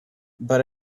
but